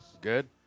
Good